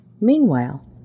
Meanwhile